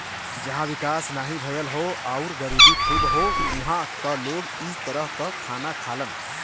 जहां विकास नाहीं भयल हौ आउर गरीबी खूब हौ उहां क लोग इ तरह क खाना खालन